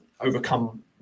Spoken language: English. overcome